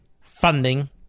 funding